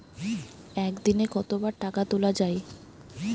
একদিনে কতবার টাকা তোলা য়ায়?